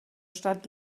stadt